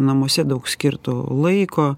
namuose daug skirto laiko